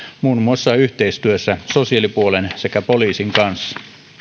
muun muassa yhteistyössä sosiaalipuolen sekä poliisin kanssa